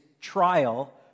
trial